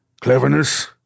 cleverness